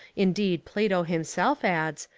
indeed plato himself adds,